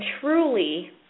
truly